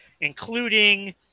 Including